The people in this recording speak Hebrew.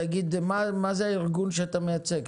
תגיד, מה זה הארגון שאתה מייצג?